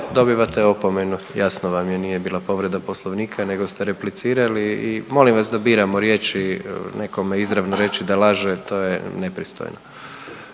dobivate opomenu, jasno vam je, nije bila povreda poslovnika nego ste replicirali i molim vas da biramo riječi, nekome izravno reći da laže to je nepristojno.